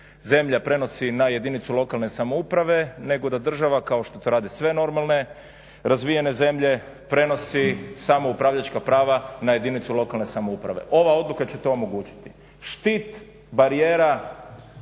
zemlja prenosi na jedinicu lokalne samouprave nego da država kao što to rade sve normalne razvijene zemlje prenosi samo upravljačka prava na jedinicu lokalne samouprave. Ova odluka će to omogućiti. Štit, barijera